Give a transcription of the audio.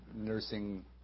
Nursing